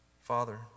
Father